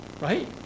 right